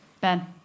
Ben